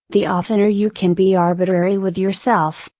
the oftener you can be arbitrary with yourself,